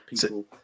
people